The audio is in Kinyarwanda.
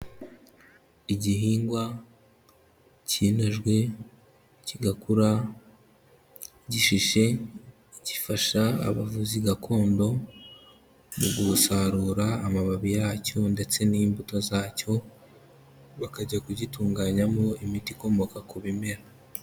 Igihingwa kinajwe, kigakura gishishe, gifasha abavuzi gakondo mu gusarura amababi yacyo ndetse n'imbuto zacyo, bakajya kugitunganyamo imiti ikomoka ku bimera.